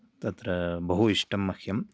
तत्र बहु इष्टं मह्यम्